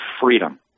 freedom